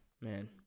Man